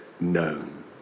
known